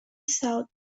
sought